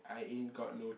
I ain't got no